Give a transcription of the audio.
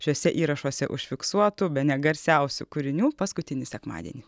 šiuose įrašuose užfiksuotų bene garsiausių kūrinių paskutinį sekmadienį